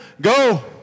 go